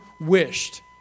wished